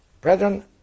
Brethren